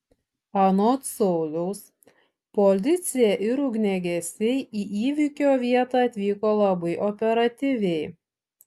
anot sauliaus policija ir ugniagesiai į įvykio vietą atvyko labai operatyviai